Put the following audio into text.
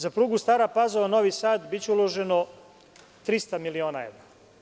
Za prugu Stara Pazova-Novi Sad biće uloženo 300 miliona evra.